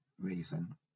reason